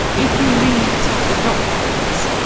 if you read the documents,